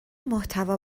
محتوا